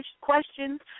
questions